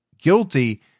guilty